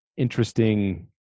interesting